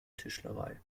tischlerei